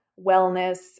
wellness